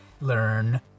learn